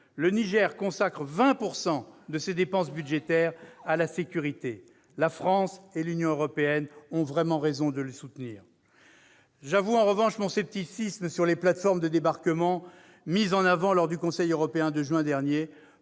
Ce pays consacre 20 % de ses dépenses budgétaires à la sécurité. La France et l'Union européenne ont raison de le soutenir ! En revanche, j'avoue mon scepticisme s'agissant des plateformes de débarquement mises en avant lors du Conseil européen de juin dernier.